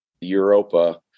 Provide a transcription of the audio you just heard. Europa